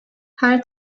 her